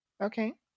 Okay